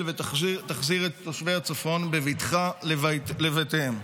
ותחזיר את תושבי הצפון בבטחה לבתיהם.